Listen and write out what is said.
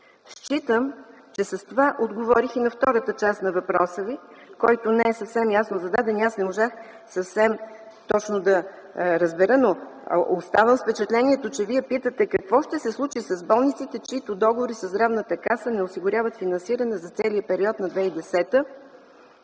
Считам, че с това отговорих и на втората част на въпроса Ви, който не е ясно зададен, и аз не можах съвсем точно да го разбера. Оставам с впечатлението, че Вие питате какво ще се случи с болниците, чиито договори със Здравната каса не осигуряват финансиране за целия период на 2010